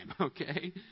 okay